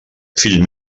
fill